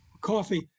Coffee